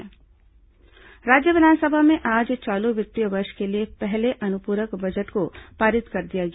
विस अनुपूरक बजट पारित राज्य विधानसभा में आज चालू वित्तीय वर्ष के लिए पहले अनुपूरक बजट को पारित कर दिया गया